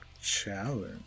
challenge